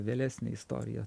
vėlesnė istorija